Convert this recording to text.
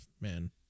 Man